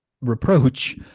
reproach